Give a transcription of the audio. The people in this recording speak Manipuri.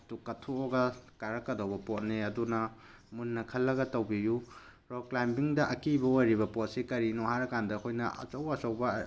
ꯇꯨ ꯀꯠꯊꯣꯛꯑꯒ ꯀꯥꯔꯛꯀꯗꯧꯕ ꯄꯣꯠꯅꯤ ꯑꯗꯨꯅ ꯃꯨꯟꯅ ꯈꯜꯂꯒ ꯇꯧꯕꯤꯌꯨ ꯔꯣꯛ ꯀ꯭ꯂꯥꯏꯝꯕꯤꯡꯗ ꯑꯀꯤꯕ ꯑꯣꯏꯔꯤꯕ ꯄꯣꯠꯁꯤ ꯀꯔꯤꯅꯣ ꯍꯥꯏꯔꯀꯥꯟꯗ ꯑꯩꯈꯣꯏꯅ ꯑꯆꯧ ꯑꯆꯧꯕ